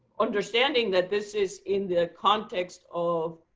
understanding that this is in the context of